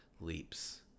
leaps